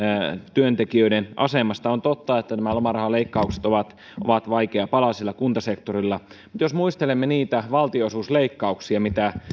työntekijöiden asemasta on totta että nämä lomarahaleikkaukset ovat ovat vaikea pala siellä kuntasektorilla mutta jos muistelemme niitä valtionosuusleikkauksia mitä